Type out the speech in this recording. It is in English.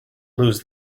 lose